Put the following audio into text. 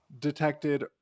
detected